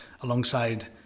alongside